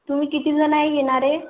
तुम्ही किती जण येणार आहे